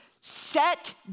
Set